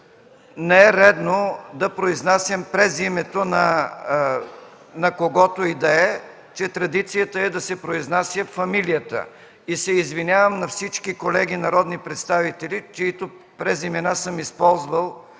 не е редно да произнасям презимето на когото и да е, че традицията е да се произнася фамилията. И се извинявам на всички колеги – народни представители, чиито презимена съм използвал